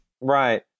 Right